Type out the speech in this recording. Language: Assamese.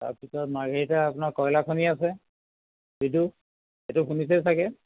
তাৰপিছত মাৰ্ঘেৰিটা আপোনাৰ কয়লাখনি আছে লিডু এইটো শুনিছেই চাগে